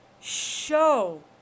show